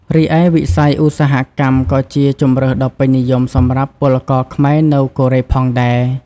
រីឯវិស័យឧស្សាហកម្មក៏ជាជម្រើសដ៏ពេញនិយមសម្រាប់ពលករខ្មែរនៅកូរ៉េផងដែរ ។